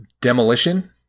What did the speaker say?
demolition